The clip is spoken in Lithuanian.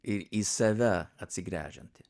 ir į save atsigręžianti